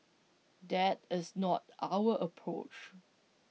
that is not our approach